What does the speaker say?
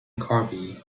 corby